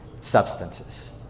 substances